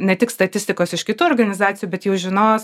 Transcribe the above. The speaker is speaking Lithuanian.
ne tik statistikos iš kitų organizacijų bet jau žinos